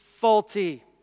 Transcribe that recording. faulty